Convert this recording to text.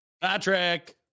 Patrick